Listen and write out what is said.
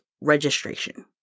registration